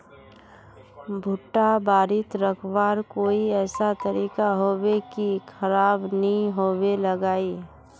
भुट्टा बारित रखवार कोई ऐसा तरीका होबे की खराब नि होबे लगाई?